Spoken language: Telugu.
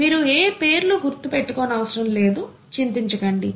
మీరు ఏ పేర్లు గుర్తుపెట్టుకొనవసరం లేదు చింతించకండి